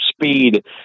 speed